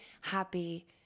happy